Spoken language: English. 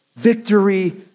Victory